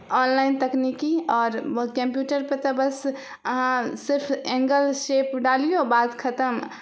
online तकनिकी आओर बहुत कम्प्युटरपर तऽ बस अहाँ सिर्फ एंगल शेप डालियौ बात खतम